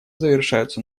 завершаются